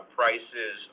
prices